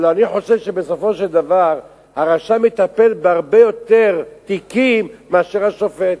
אבל אני חושב שבסופו של דבר הרשם מטפל בהרבה יותר תיקים משופט,